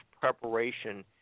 preparation